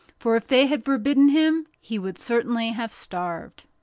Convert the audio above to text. for if they had forbidden him he would certainly have starved.